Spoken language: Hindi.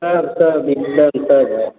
सब सब एकदम सब है